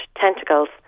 tentacles